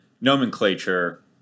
nomenclature